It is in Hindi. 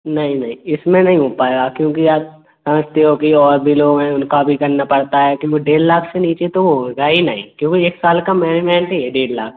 नहीं नहीं इसमें नहीं हो पाया क्योंकि आप समझते हो कि और भी लोग हैं उनका भी करना पड़ता है वो डेढ़ लाख से नीचे तो वो होगा ही नहीं क्यों वो एक साल का मैनीमेन्ट ही है डेढ़ लाख